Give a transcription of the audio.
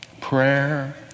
prayer